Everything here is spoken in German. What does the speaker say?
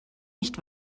nicht